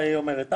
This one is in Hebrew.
היא אומרת.